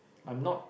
I'm not